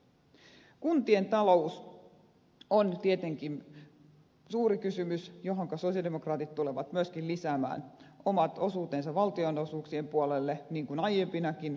kuntien talous on tietenkin suuri kysymys johon sosiaalidemokraatit tulevat myöskin lisäämään omat osuutensa valtionosuuksien puolelle niin kuin aiempinakin vuosina